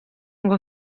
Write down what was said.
ngo